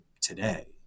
today